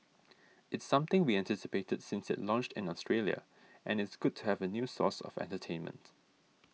it's something we anticipated since it launched in Australia and it's good to have a new source of entertainment